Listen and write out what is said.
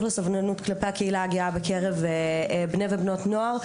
לסובלנות כלפי הקהילה הגאה בקרב בני ובנות נוער,